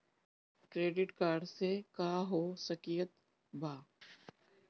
Credit card से का हो सकइत बा?